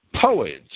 poets